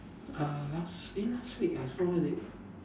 uh last week eh last week I saw Da~